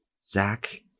Zach